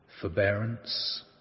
forbearance